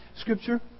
scripture